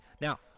Now